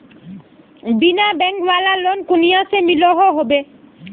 बिना बैंक वाला लोन कुनियाँ से मिलोहो होबे?